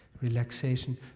relaxation